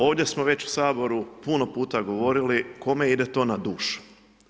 Ovdje smo već u Saboru puno puta govorili kome ide to na dušu.